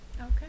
Okay